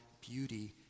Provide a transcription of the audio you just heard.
beauty